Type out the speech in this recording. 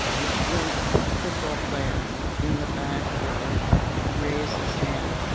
this one football player in the back row raised his hand.